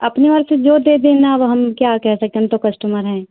अपनी ओर से जो दे देना अब हम क्या कहे सकते हम तो कस्टमर हैं